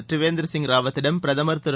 திரிவேந்திர சிங் ராவத்திடம் பிரதமர் திரு